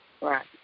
Right